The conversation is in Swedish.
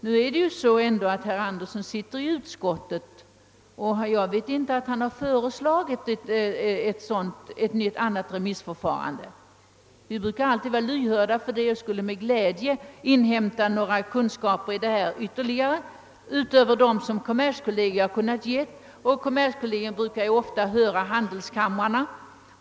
Men herr Andersson i Örebro sitter ju i utskottet, och mig veterligt har han inte föreslagit ett annat remissförfarande. Vi inom utskottet är alltid lyhörda för sådana förslag och skulle med glädje ha inhämtat ytterligare kunskap utöver den som kommerskollegium kunnat ge. Kommerskollegium brukar även höra handelskamrarna.